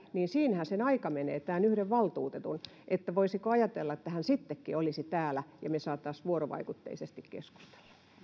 niin siinähän tämän yhden valtuutetun aika menee eli voisiko ajatella että hän sittenkin olisi täällä ja me saisimme vuorovaikutteisesti keskustella